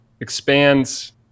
expands